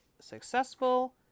successful